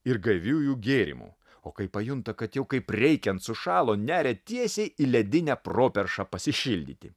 ir gaiviųjų gėrimų o kai pajunta kad jau kaip reikiant sušalo neria tiesiai į ledinę properšą pasišildyti